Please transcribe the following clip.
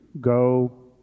go